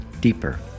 deeper